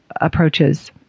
approaches